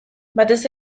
batez